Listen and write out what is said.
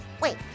Wait